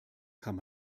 kann